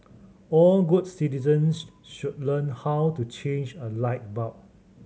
all good citizens should learn how to change a light bulb